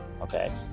Okay